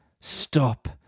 Stop